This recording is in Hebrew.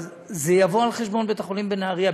אבל זה יבוא על חשבון בית-החולים בנהריה,